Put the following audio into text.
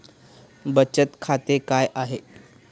बचत खाते काय आहे?